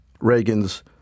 Reagan's